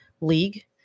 league